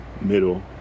middle